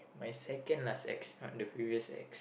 my second last ex plus the previous ex